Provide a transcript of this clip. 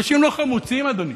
אנשים לא חמוצים, אדוני,